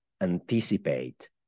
anticipate